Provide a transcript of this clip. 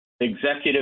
executive